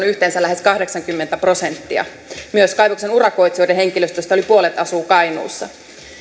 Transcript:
yhteensä lähes kahdeksankymmentä prosenttia myös kaivoksen urakoitsijoiden henkilöstöstä yli puolet asuu kainuussa